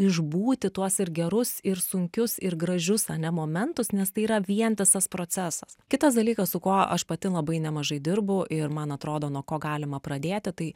išbūti tuos ir gerus ir sunkius ir gražius ane momentus nes tai yra vientisas procesas kitas dalykas su kuo aš pati labai nemažai dirbu ir man atrodo nuo ko galima pradėti tai